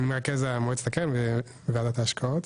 אני מרכז מועצת הקרן וועדת ההשקעות.